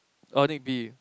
beef